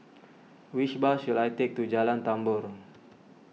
which bus should I take to Jalan Tambur